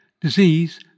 disease